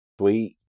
sweet